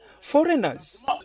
Foreigners